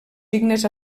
signes